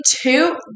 two